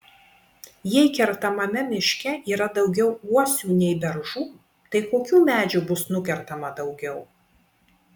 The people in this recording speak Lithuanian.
jei kertamame miške yra daugiau uosių nei beržų tai kokių medžių bus nukertama daugiau